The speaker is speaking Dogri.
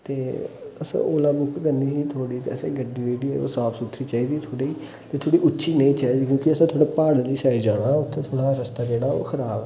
ते असें ओला बुक करनी ही थोहड़ी असें गड्डी जेह्ड़ी ओह् साफ सुथरी चाहिदी थोह्ड़ी ते थोह्ड़ी उच्ची नेही चाहिदी क्योंकि असें थोह्ड़ी प्हाड़ आह्ली साइड जाना उत्थै थोह्ड़ा रस्ता जेह्ड़ा ओह् खराब